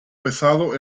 pesado